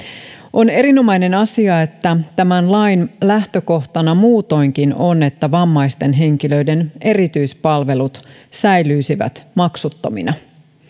on erinomainen asia että tämän lain lähtökohtana muutoinkin on että vammaisten henkilöiden erityispalvelut säilyisivät maksuttomina